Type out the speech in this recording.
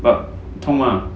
but 痛 mah